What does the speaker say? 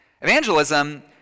Evangelism